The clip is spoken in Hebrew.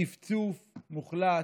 צפצוף מוחלט,